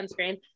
sunscreen